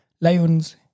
lions